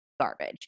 garbage